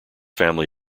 family